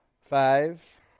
Five